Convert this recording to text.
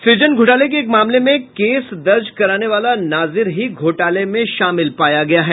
सुजन घोटाले के एक मामले में केस दर्ज कराने वाला नाजीर ही घोटाले में शामिल पाया गया है